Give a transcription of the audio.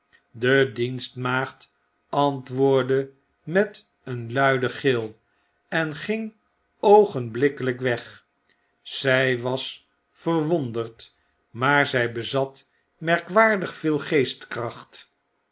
de dienstmaagd antwoordde met een luiden gil en ging oogenblikkelyk weg z j was verwonderd maarzy bezat merkwaardig veel geestkracht